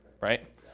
right